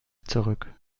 zurück